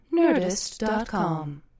Nerdist.com